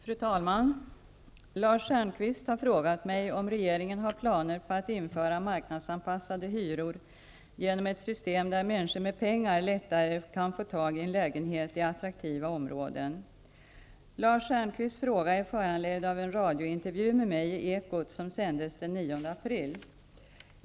Fru talman! Lars Stjernkvist har frågat mig om regeringen har planer på att införa marknadsanpassade hyror genom ett system där människor med pengar lättare kan få tag i en lägenhet i attraktiva områden. Lars Stjernkvists fråga är föranledd av en radiointervju med mig i Ekot som sändes den 9 april.